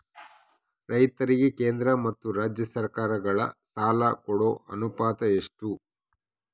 ರೈತರಿಗೆ ಕೇಂದ್ರ ಮತ್ತು ರಾಜ್ಯ ಸರಕಾರಗಳ ಸಾಲ ಕೊಡೋ ಅನುಪಾತ ಎಷ್ಟು?